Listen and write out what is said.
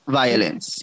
violence